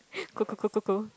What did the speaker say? cool cool cool cool cool